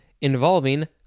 involving